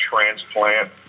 transplant